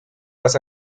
las